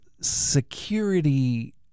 security